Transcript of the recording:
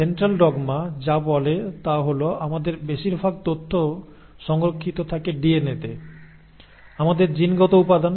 central dogma যা বলে তা হল আমাদের বেশিরভাগ তথ্য সংরক্ষিত থাকে ডিএনএতে আমাদের জিনগত উপাদান